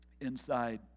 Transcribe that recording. inside